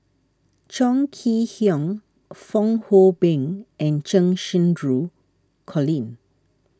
Chong Kee Hiong Fong Hoe Beng and Cheng Xinru Colin